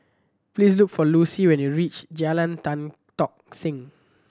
please look for Lucy when you reach Jalan Tan Tock Seng